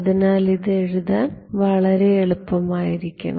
അതിനാൽ ഇത് എഴുതാൻ വളരെ എളുപ്പമായിരിക്കണം